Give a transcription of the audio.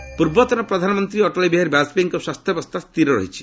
ବାଜପେୟୀ ପୂର୍ବତନ ପ୍ରଧାନମନ୍ତ୍ରୀ ଅଟଳ ବିହାରୀ ବାଜପେୟୀଙ୍କ ସ୍ୱାସ୍ଥ୍ୟବସ୍ଥା ସ୍ଥିର ରହିଛି